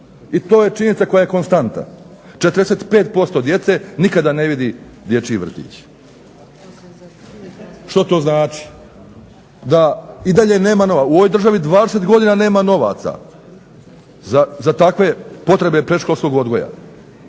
I to je činjenica koja je konstanta. 45% djece nikada ne vidi dječji vrtić. Što to znači? Da i dalje nema, u ovoj državi 20 godina nema novaca za takve potrebe predškolskog odgoja.